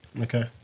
okay